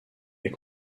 est